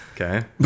Okay